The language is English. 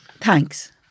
Thanks